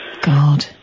God